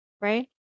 right